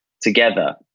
together